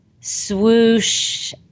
swoosh